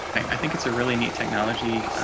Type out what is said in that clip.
i think it's a really neat technology.